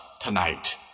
tonight